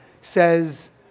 says